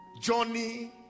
Johnny